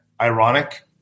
ironic